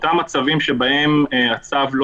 במקרים שבהם אותם צווים לא